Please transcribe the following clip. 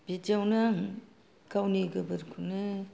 बिदिआवनो आं गावनि गोबोरखौनो